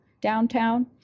downtown